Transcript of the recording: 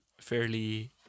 fairly